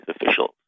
officials